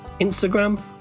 Instagram